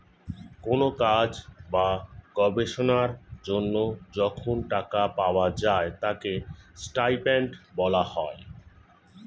কোন কাজ বা গবেষণার জন্য যখন টাকা পাওয়া যায় তাকে স্টাইপেন্ড বলা হয়